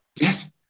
Yes